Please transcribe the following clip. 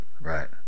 right